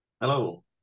Hello